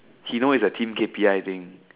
he knows it's a team K_P_I thing